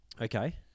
Okay